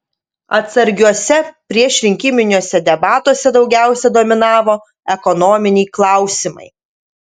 atsargiuose priešrinkiminiuose debatuose daugiausia dominavo ekonominiai klausimai